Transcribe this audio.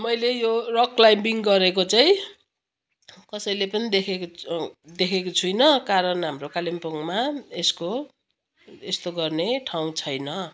मैले यो rock climbing गरेको चाहिँ कसैले पनि देखेको देखेको छुइनँ कारण हाम्रो कालिम्पोङमा यसको यस्तो गर्ने ठाउँ छैन